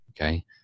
Okay